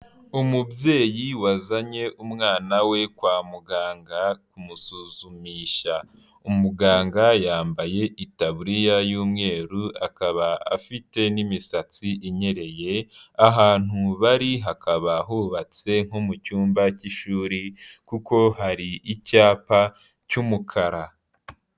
Umubyeyi wazanye umwana we kwa muganga kumusuzumisha, umuganga yambaye itaburiya y'umweru akaba afite n'imisatsi inyereye, ahantu bari hakaba hubatse nko mu cyumba k'ishuri kuko hari icyapa cy'umukara.